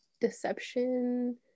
deception